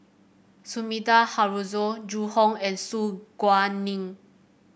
Sumida Haruzo Zhu Hong and Su Guaning